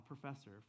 professor